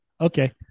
Okay